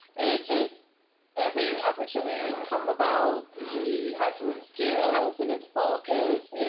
it just every opportunity come about, he has some excuse and it's bogus.